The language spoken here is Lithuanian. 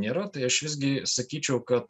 nėra tai aš visgi sakyčiau kad